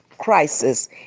crisis